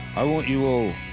i want you all,